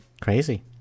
Crazy